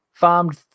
Farmed